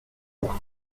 pour